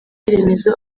remezo